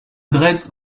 dresde